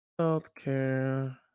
Healthcare